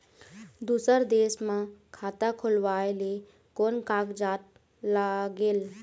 दूसर देश मा खाता खोलवाए ले कोन कागजात लागेल?